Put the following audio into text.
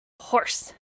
Horse